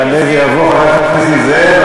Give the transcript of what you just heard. יעלה ויבוא חבר הכנסת נסים זאב,